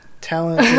Talent